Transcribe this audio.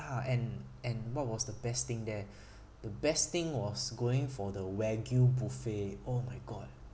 ya and and what was the best thing there the best thing was going for the wagyu buffet oh my god